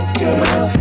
girl